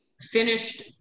finished